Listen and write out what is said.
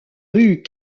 rues